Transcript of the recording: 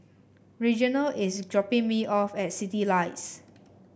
Reginal is dropping me off at Citylights